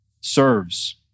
serves